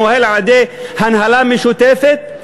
שינוהל על-ידי הנהלה משותפת,